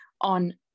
on